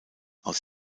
aus